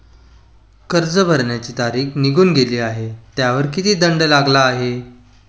कर्ज भरण्याची तारीख निघून गेली आहे त्यावर किती दंड लागला आहे?